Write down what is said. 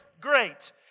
great